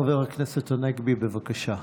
חבר הכנסת הנגבי, בבקשה.